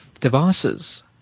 devices